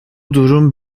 durum